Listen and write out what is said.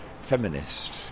feminist